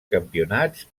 campionats